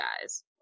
guys